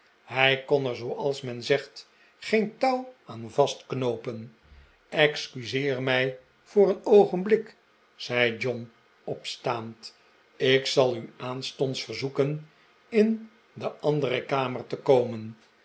hij kon er zooals men zegt geen touw aan vastknoopen excuseer mij voor een oogenblik zei john opstaand ik zal u aanstonds verzoeken in de andere kamer te komen